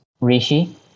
Rishi